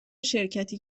شرکتی